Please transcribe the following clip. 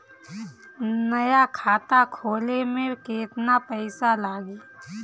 नया खाता खोले मे केतना पईसा लागि?